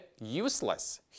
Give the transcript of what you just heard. useless